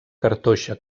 cartoixa